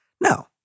No